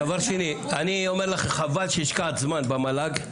דבר שני, אני אומר לך, חבל שהשקעת זמן במל"ג.